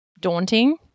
daunting